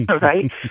right